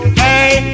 hey